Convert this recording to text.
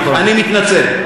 אני מתנצל.